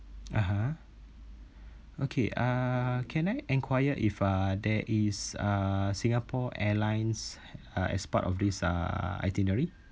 (uh huh) okay uh can I enquire if uh there is uh singapore airlines uh as part of this uh itinerary